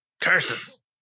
Curses